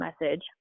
message